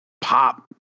pop